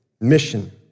mission